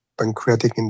pancreatic